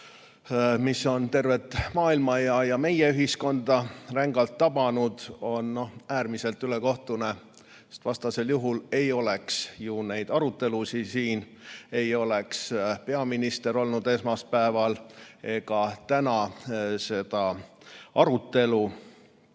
mis on tervet maailma ja meie ühiskonda rängalt tabanud, on äärmiselt ülekohtune. Vastasel juhul ei oleks ju neid arutelusid siin, ei oleks peaminister olnud siin esmaspäeval ega oleks täna seda arutelu.